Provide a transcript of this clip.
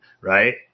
right